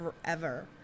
forever